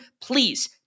please